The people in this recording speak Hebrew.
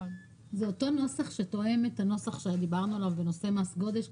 זה אותו נוסח שתואם את הנוסח שדיברנו עליו בנושא מס גודש?